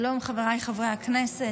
שלום, חבריי חברי הכנסת.